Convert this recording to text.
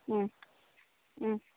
ಹ್ಞೂ ಹ್ಞೂ